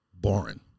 boring